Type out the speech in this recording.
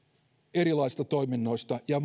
erilaisista toiminnoista ja